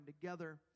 together